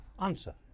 answer